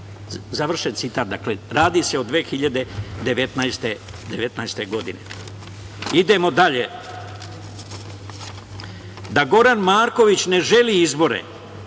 završen citat. Dakle, radi se o 2019. godini. Idemo dalje. Da Goran Marković ne želi izbore,